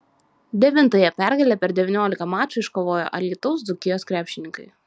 devintąją pergalę per devyniolika mačų iškovojo alytaus dzūkijos krepšininkai